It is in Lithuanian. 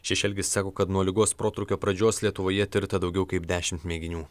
šešelgis sako kad nuo ligos protrūkio pradžios lietuvoje tirta daugiau kaip dešimt mėginių